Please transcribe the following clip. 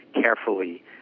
carefully